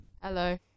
Hello